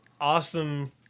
awesome